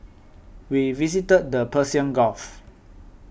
we visited the Persian Gulf